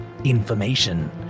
information